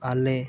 ᱟᱞᱮ